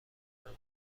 اونم